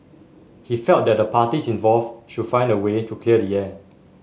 he felt that the parties involved should find a way to clear the air